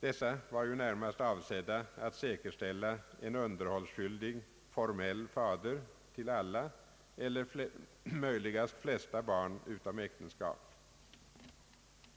Dessa var ju närmast avsedda att säkerställa underhållsskyldiga formella fäder till alla eller möjligast flesta barn utom äktenskapet.